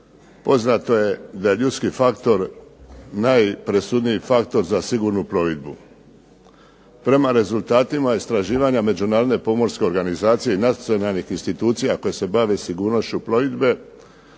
poznato je da je ljudski faktor najpresudniji faktor za sigurnu plovidbu. Prema rezultatima istraživanja Međunarodne pomorske organizacije i nacionalnih institucija koje se bave sigurnošću plovidbe